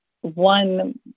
One